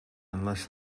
unless